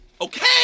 Okay